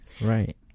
Right